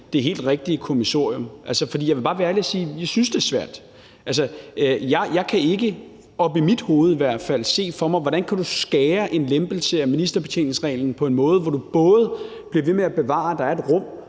det helt rigtige kommissorium. For jeg vil bare være ærlig og sige, at vi synes, det er svært. Jeg kan ikke oppe i mit hoved i hvert fald se for mig, hvordan man kan skære en lempelse af ministerbetjeningsreglen på en måde, hvor man både bliver ved med at bevare et rum,